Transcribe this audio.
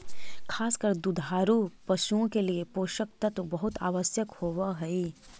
खास कर दुधारू पशुओं के लिए पोषक तत्व बहुत आवश्यक होवअ हई